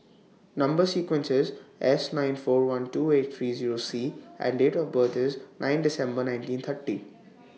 Number sequence IS S nine four one two eight three Zero C and Date of birth IS ninth December nineteen thirty